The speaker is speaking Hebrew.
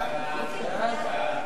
סעיפים 1